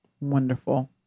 Wonderful